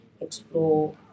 explore